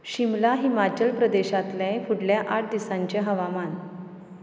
शिमला हिमाचल प्रदेशातलें फुडल्या आठ दिसांचें हवामान